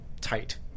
tight